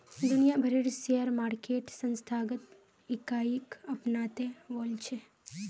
दुनिया भरेर share market संस्थागत इकाईक अपनाते वॉल्छे